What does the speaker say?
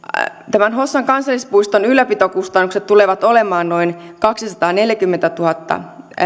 hossan kansallispuiston ylläpitokustannukset tulevat olemaan noin kaksisataaneljäkymmentätuhatta